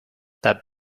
that